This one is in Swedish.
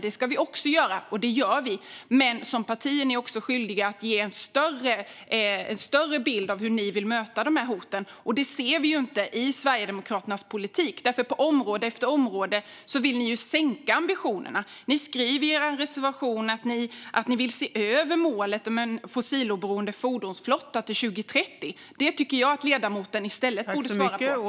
Det ska vi också göra, och det gör vi, men som parti är ni också skyldiga att ge en större bild av hur ni vill möta hoten. Detta ser vi inte i Sverigedemokraternas politik. På område efter område vill ni ju sänka ambitionerna. Ni skriver i er reservation att ni vill se över målet om en fossiloberoende fordonsflotta till 2030. Det tycker jag att ledamoten i stället borde svara på.